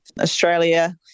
Australia